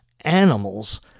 animals